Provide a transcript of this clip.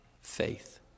Faith